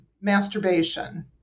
masturbation